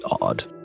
odd